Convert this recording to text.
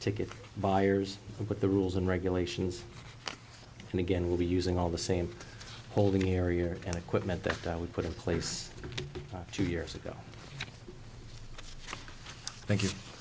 ticket buyers with the rules and regulations and again will be using all the same holding area and equipment that we put in place two years ago thank